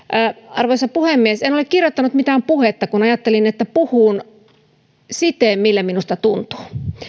arvoisa puhemies en ole kirjoittanut mitään puhetta kun ajattelin että puhun siten miltä minusta tuntuu